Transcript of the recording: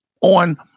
on